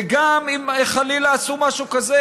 וגם אם חלילה עשו משהו כזה,